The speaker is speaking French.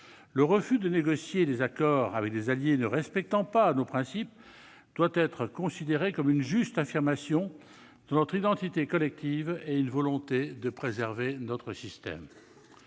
Le refus de négocier des accords avec des alliés ne respectant pas nos principes doit être considéré comme une juste affirmation de notre identité collective et une volonté de préserver notre système.